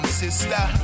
sister